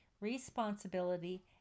responsibility